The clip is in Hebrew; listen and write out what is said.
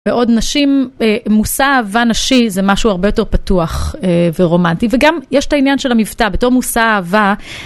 ועוד נשים, מושא אהבה נשי זה משהו הרבה יותר פתוח ורומנטי וגם יש את העניין של המבטא בתור מושא אהבה.